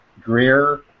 Greer